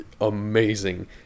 amazing